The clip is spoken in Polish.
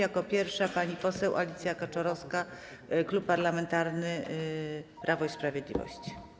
Jako pierwsza pani poseł Alicja Kaczorowska, Klub Parlamentarny Prawo i Sprawiedliwość.